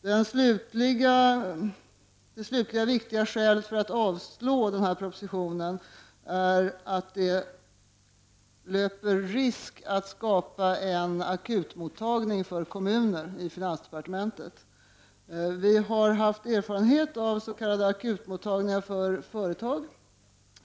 Det slutliga viktiga skälet för att avslå propositionen är att man i finansdepartementet löper risk att skapa en akutmottagning för kommuner. Vi har erfarenhet av s.k. akutmottagningar för företag.